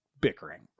bickering